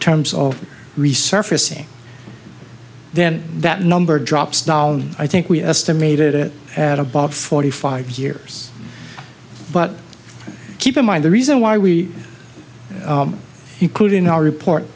terms of resurfacing then that number drops down i think we estimated it at above forty five years but keep in mind the reason why we include in our report